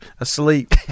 asleep